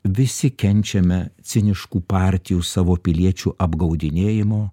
visi kenčiame ciniškų partijų savo piliečių apgaudinėjimo